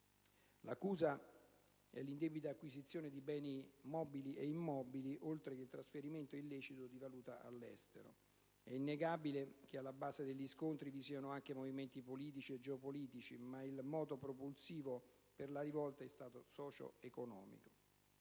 L'accusa è l'indebita acquisizione di beni mobili e immobili, oltre che il trasferimento illecito di valuta all'estero. È innegabile che, alla base degli scontri, vi siano anche movimenti politici e geopolitici, ma il moto propulsivo per la rivolta è stato socio-economico: